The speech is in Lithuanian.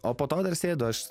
o po to dar sėdu aš